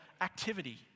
activity